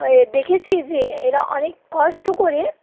ওই দেখেছি যে এরা অনেক কষ্ট করে